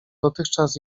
dotychczas